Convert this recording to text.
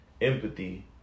empathy